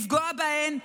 לפגוע בהן,